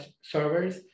servers